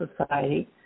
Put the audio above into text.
Society